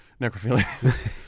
Necrophilia